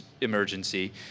emergency